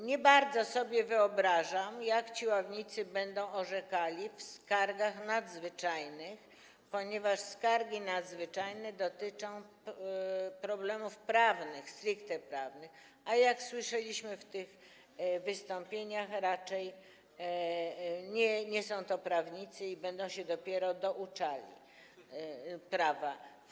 Nie bardzo sobie wyobrażam, jak ci ławnicy będą orzekali w skargach nadzwyczajnych, ponieważ skargi nadzwyczajne dotyczą problemów prawnych, stricte prawnych, a jak słyszeliśmy w tych wystąpieniach, raczej nie są to prawnicy i będą się dopiero douczali prawa.